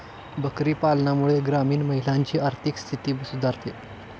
बकरी पालनामुळे ग्रामीण महिलांची आर्थिक स्थिती सुधारते